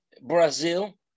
Brazil